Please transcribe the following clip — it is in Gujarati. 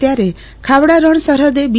ત્યારે ખાવડા રણ સરહદે બી